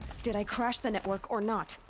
did i crash the network, or not?